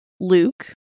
Luke